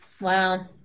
wow